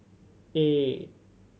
eight